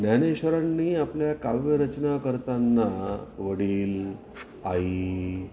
ज्ञानेश्वरांनी आपल्या काव्यरचना करताना वडील आई